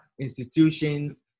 institutions